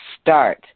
start